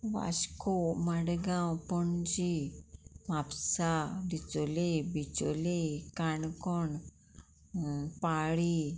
वाश्को मडगांव पणजी म्हापसा डिचोले बिचोले काणकोण पाळी